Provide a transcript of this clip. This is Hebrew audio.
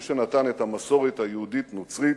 הוא שנתן את המסורת היהודית-נוצרית,